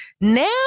now